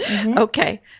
Okay